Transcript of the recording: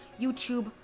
YouTube